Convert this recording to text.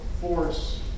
force